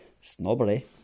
snobbery